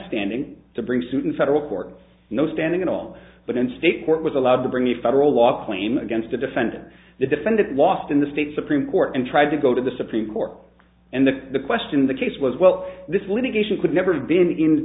standing to bring suit in federal court no standing at all but in state court was allowed to bring a federal law claim against a defendant the defendant lost in the state supreme court and tried to go to the supreme court and the the question in the case was well this litigation could never have been in